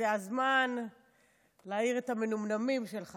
זה הזמן להעיר את המנומנמים שלך,